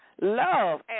love